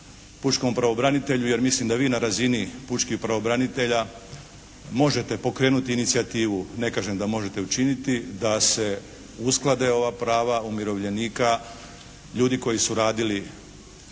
pučkom pravobranitelju jer mislim da vi na razini pučkih pravobranitelja možete pokrenuti inicijativu. Ne kažem da možete učiniti da se usklade ova prava umirovljenika. Ljudi koji su radili u susjednoj